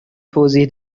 توضیح